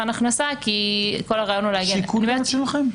הכנסה כי כל הרעיון הוא להגיע --- שיקולים שלכם.